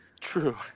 True